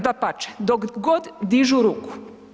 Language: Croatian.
Dapače, dok god dižu ruku.